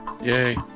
Yay